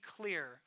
clear